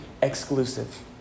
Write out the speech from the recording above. exclusive